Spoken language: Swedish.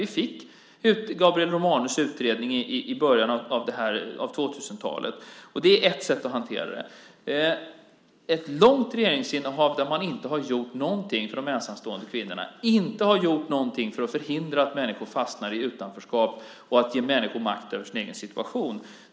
Vi fick Gabriel Romanus utredning i början av 2000-talet. Det är ett sätt att hantera det här. Det har varit ett långt regeringsinnehav där man inte har gjort någonting för de ensamstående kvinnorna. Man har inte gjort någonting för att förhindra att människor fastnar i utanförskap eller för att ge människor makt över sin egen situation.